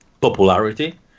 popularity